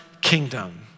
kingdom